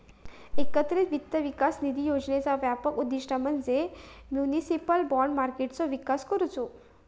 एकत्रित वित्त विकास निधी योजनेचा व्यापक उद्दिष्ट म्हणजे म्युनिसिपल बाँड मार्केटचो विकास करुचो